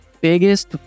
Biggest